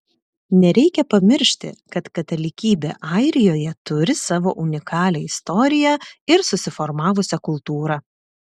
nereikia pamiršti kad katalikybė airijoje turi savo unikalią istoriją ir susiformavusią kultūrą